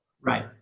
Right